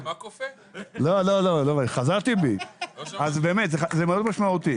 אז זה מאוד משמעותי.